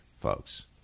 folks